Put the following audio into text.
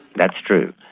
that's true,